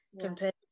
compared